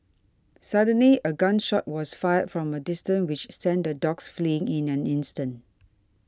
suddenly a gun shot was fired from a distance which sent the dogs fleeing in an instant